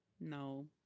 No